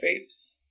groups